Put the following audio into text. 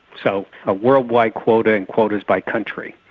so, a worldwide quota and quotas by country.